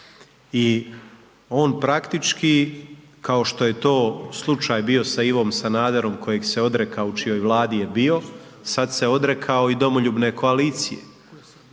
i on praktički, kao što je to slučaj bio sa Ivom Sanaderom kojeg se odrekao u čijoj Vladi je bio, sad se odrekao i Domoljubne koalicije.